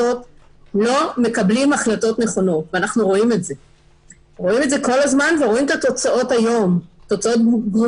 אנחנו צריכים להציע את ההצעה --- ניצן הציגה את הבקשה לביטול ההכרזה,